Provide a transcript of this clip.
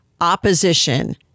opposition